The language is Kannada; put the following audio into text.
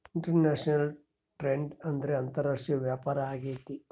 ಇಂಟರ್ನ್ಯಾಷನಲ್ ಟ್ರೇಡ್ ಅಂದ್ರೆ ಅಂತಾರಾಷ್ಟ್ರೀಯ ವ್ಯಾಪಾರ ಆಗೈತೆ